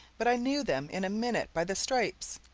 but i knew them in a minute by the stripes.